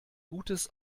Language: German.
gutes